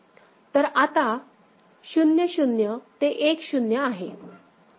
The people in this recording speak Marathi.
तर आता 0 0 ते 1 0 आहे